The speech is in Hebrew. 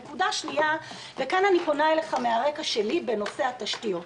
נקודה שנייה וכאן אני פונה אליך מהרקע שלי בנושא התשתיות,